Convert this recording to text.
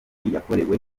yakorewe